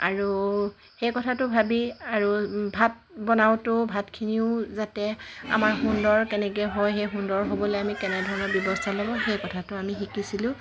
আৰু সেই কথাটো ভাবি আৰু ভাত বনাওতেও ভাতখিনিও যাতে আমাৰ সুন্দৰ তেনেকৈ হয় সেই সুন্দৰ হ'বলৈ আমি কেনেধৰণৰ ব্যৱস্থা ল'ব সেই কথাটো আমি শিকিছিলোঁ